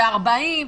ל-40.